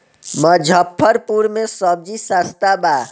मुजफ्फरपुर में सबजी सस्ता बा